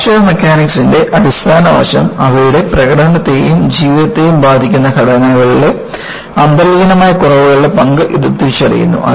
fracture മെക്കാനിക്സിന്റെ അടിസ്ഥാന വശം അവയുടെ പ്രകടനത്തെയും ജീവിതത്തെയും ബാധിക്കുന്ന ഘടനകളിലെ അന്തർലീനമായ കുറവുകളുടെ പങ്ക് ഇത് തിരിച്ചറിയുന്നു